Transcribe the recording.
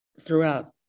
throughout